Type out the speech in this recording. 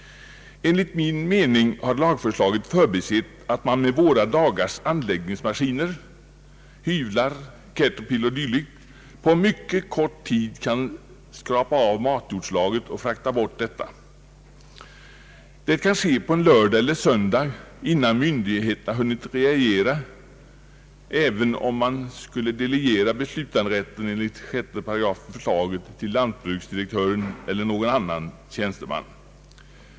Enligt min mening har lagförslaget förbisett att man med våra dagars anläggningsma skiner, hyvlar, caterpillars o.d., på mycket kort tid kan skrapa av matjordslagret och frakta bort detta. Det kan ske på en lördag eller söndag innan myndigheterna hunnit reagera, även om man skulle delegera beslutanderätten enligt 6 § i lagförslaget till lantbruksdirektören eller någon annan tjänsteman.